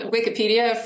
Wikipedia